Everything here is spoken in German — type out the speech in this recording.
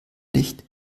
licht